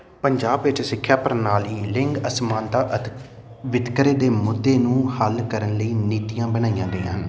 ਪੰਜਾਬ ਵਿੱਚ ਸਿੱਖਿਆ ਪ੍ਰਣਾਲੀ ਲਿੰਗ ਅਸਮਾਨਤਾ ਅਤੇ ਵਿਤਕਰੇ ਦੇ ਮੁੱਦੇ ਨੂੰ ਹੱਲ ਕਰਨ ਲਈ ਨੀਤੀਆਂ ਬਣਾਈਆਂ ਗਈਆਂ ਹਨ